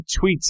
tweets